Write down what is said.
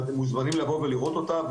אתם מוזמנים לבוא ולראות אותה.